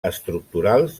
estructurals